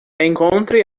encontre